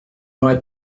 aurait